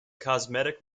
cosmetic